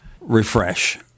refresh